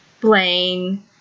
Blaine